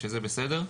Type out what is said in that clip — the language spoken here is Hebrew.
שזה בסדר.